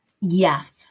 Yes